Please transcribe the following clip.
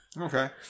Okay